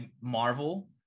Marvel